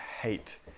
hate